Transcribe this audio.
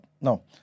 no